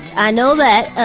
i know that,